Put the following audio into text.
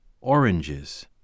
Oranges